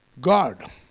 God